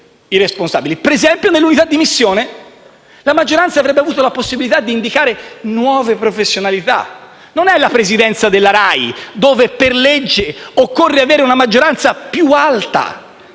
ad esempio, nelle unità di missione la maggioranza avrebbe avuto la possibilità di indicare nuove professionalità, non è la presidenza della RAI, dove per legge occorre avere una maggioranza più alta